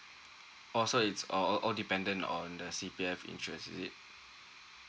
oh so it's all all dependent on the C_P_F interest is it